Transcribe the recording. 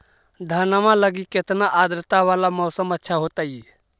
धनमा लगी केतना आद्रता वाला मौसम अच्छा होतई?